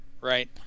right